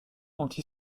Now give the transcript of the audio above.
anti